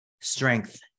strength